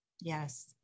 Yes